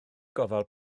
gofal